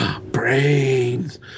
Brains